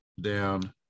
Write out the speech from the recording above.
down